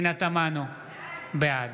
בעד